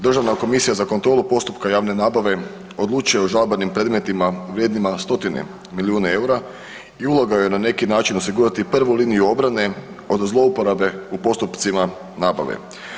Državna komisija za kontrolu postupka javne nabave odlučuje o žalbenim predmetima vrijednima stotine milijuna EUR-a i uloga joj je na neki način osigurati prvu liniju obrane od zlouporabe u postupcima nabave.